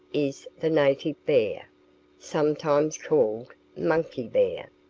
is the native bear, sometimes called monkey bear.